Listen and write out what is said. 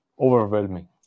overwhelming